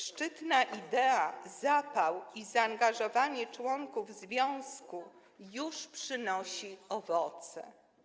Szczytna idea, zapał i zaangażowanie członków związku już przynoszą owoce.